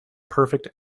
perfect